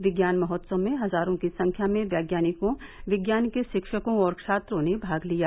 विज्ञान महोत्सव में हजारों की संख्या में वैज्ञानिकों विज्ञान के शिक्षकों और छात्रों ने भाग लिया